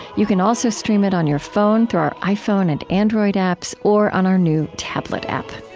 you can also stream it on your phone through our iphone and android apps or on our new tablet app